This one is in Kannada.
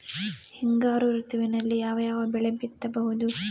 ಹಿಂಗಾರು ಋತುವಿನಲ್ಲಿ ಯಾವ ಯಾವ ಬೆಳೆ ಬಿತ್ತಬಹುದು?